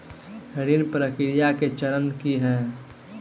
ऋण प्रक्रिया केँ चरण की है?